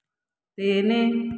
ତିନି